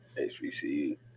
HBCU